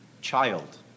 child